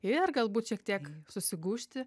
ir galbūt šiek tiek susigūžti